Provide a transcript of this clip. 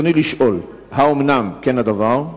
ברצוני לשאול: 1. האומנם כן הדבר?